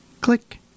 click